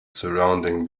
surrounding